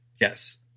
Yes